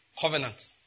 Covenant